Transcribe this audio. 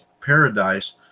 Paradise